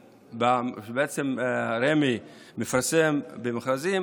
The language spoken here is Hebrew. שרמ"י מפרסם במכרזים,